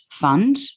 fund